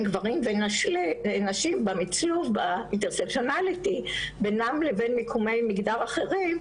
גברים ונשים במצלוב ב- INTERSECTIONALITY בינם לבין מיקומי מגדר אחרים,